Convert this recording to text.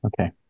Okay